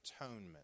atonement